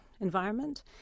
environment